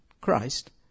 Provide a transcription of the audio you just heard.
Christ